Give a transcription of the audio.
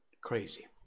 Crazy